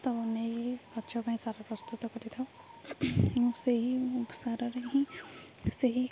ତ ନେଇ ଗଛ ପାଇଁ ସାର ପ୍ରସ୍ତୁତ କରିଥାଉ ମୁଁ ସେହି ସାରରେ ହିଁ ସେହି